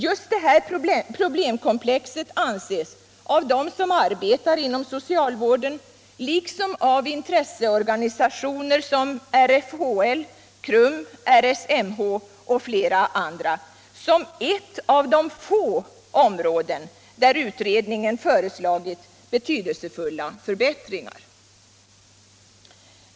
Just det problemkomplexet anses av dem som arbetar inom socialvården liksom av intresseorganisationer — RFHL. KRUM, RSMH och flera andra — som cett av de få områden där utredningen föreslagit betydelsefulla förbättringar.